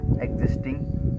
existing